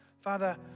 Father